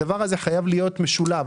הדבר הזה חייב להיות משולב,